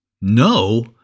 No